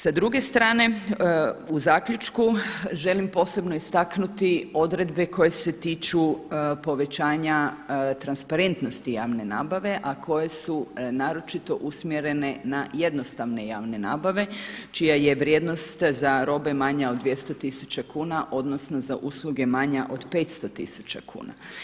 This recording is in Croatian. Sa druge strane u zaključku, želim posebno istaknuti odredbe koje se tiču povećanja transparentnosti javne nabave, a koje su naročito usmjerene na jednostavne javne nabave, čija je vrijednost za robe manja od 200 tisuća kuna odnosno za usluge manja od 500 tisuća kuna.